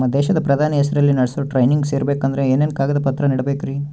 ನಮ್ಮ ದೇಶದ ಪ್ರಧಾನಿ ಹೆಸರಲ್ಲಿ ನಡೆಸೋ ಟ್ರೈನಿಂಗ್ ಸೇರಬೇಕಂದರೆ ಏನೇನು ಕಾಗದ ಪತ್ರ ನೇಡಬೇಕ್ರಿ?